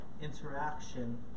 interaction